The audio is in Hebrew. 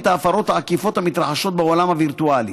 ההפרות העקיפות המתרחשות בעולם הווירטואלי.